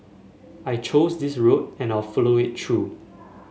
I chose this road and I'll follow it through